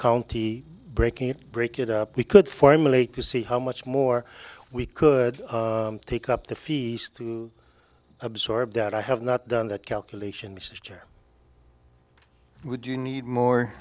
county breaking it break it up we could formulate to see how much more we could take up the fees to absorb that i have not done that calculation which are would you need more